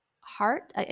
heart